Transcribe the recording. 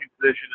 position